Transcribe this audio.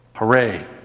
Hooray